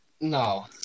No